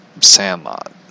Sandlot